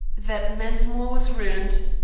that mensmore was ruined,